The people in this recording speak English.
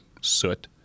soot